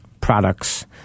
products